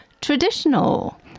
traditional